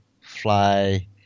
fly –